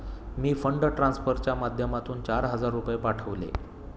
मी fund ट्रान्सफरच्या माध्यमातून चार हजार रुपये पाठवले